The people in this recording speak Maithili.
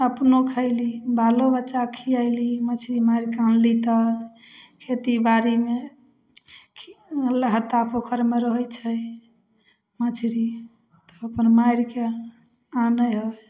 अपनो खएलहुँ बालो बच्चाके खुएलहुँ मछरी मारिके अनलहुँ तऽ खेतीबाड़ीमे मतलब हत्ता पोखरिमे रहै छै मछरी अपन मारिके आनै हइ